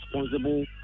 responsible